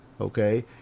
okay